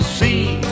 see